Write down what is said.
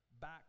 back